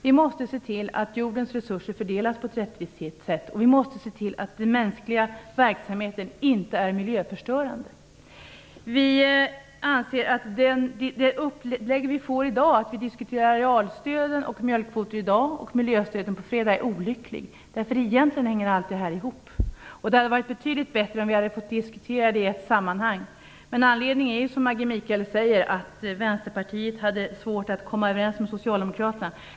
Vi måste se till att jordens resurser fördelas på ett rättvist sätt. Vi måste se till att den mänskliga verksamheten inte är miljöförstörande. Vi anser att upplägget att diskutera arealstöden och mjölkkvoterna i dag och miljöstöden på fredag är olyckligt. Egentligen hänger allt detta ihop. Det hade varit betydligt bättre om vi hade fått diskutera dessa frågor i ett sammanhang. Anledningen är, som Maggi Mikaelsson säger, att Vänsterpartiet hade svårt att komma överens med Socialdemokraterna.